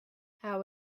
how